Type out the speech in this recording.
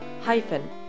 hyphen